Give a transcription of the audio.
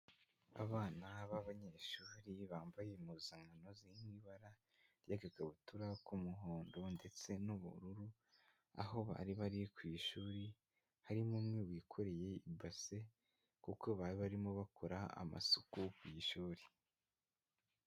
Abana b'abanyeshuri bambaye impuzankano ziri mu ibara ry'agakabutura k'umuhondo ndetse n'ubururu, aho bari bari ku ishuri, harimo umwe wikoreye ibase kuko bari barimo bakora amasuku ku ishuri.